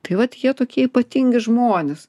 tai vat jie tokie ypatingi žmonės